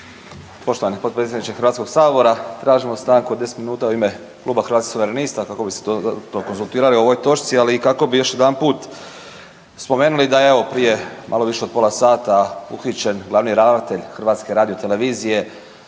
Poštovani potpredsjedniče HS-a, tražimo stanku od 10 minuta u ime Kluba Hrvatskih suverenista kako bi se dodatno konzultirali o ovoj točci, ali i kako bi još jedanput spomenuli da je evo prije malo više od pola sata uhićen glavni ravnatelj HRT-a, javnog državnog